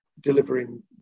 delivering